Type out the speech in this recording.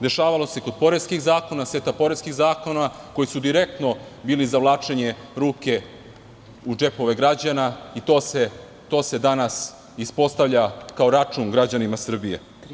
Dešavalo se kod seta poreskih zakona koji su direktno bili zavlačenje ruke u džepove građana i to se danas ispostavlja kao račun građanima Srbije.